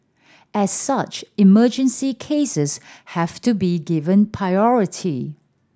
as such emergency cases have to be given priority